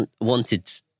wanted